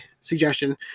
suggestion